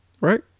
right